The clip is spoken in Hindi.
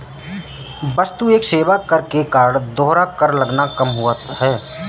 वस्तु एवं सेवा कर के कारण दोहरा कर लगना कम हुआ है